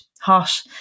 hot